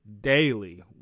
daily